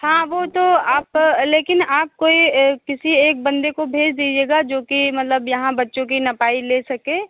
हाँ वह तो आप लेकिन आप कोई किसी एक बंदे को भेज दीजिएगा जोकि मतलब यहाँ बच्चों की नपाई ले सके